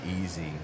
easy